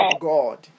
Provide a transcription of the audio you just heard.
God